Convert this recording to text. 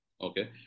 okay